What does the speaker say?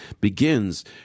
begins